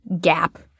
gap